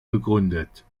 gegründet